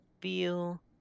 feel